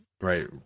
right